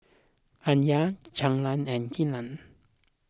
Aliyah Caylee and Kylan